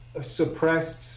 suppressed